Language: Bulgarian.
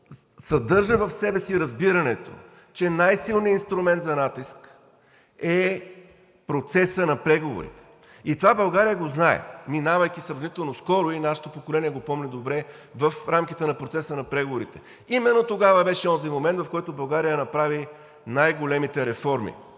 съдържа в себе си разбирането, че най-силният инструмент за натиск е процесът на преговорите. Минавайки сравнително скоро, това България го знае, нашето поколение го помни добре, в рамките на процеса на преговорите. Именно тогава беше онзи момент, в който България направи най-големите реформи,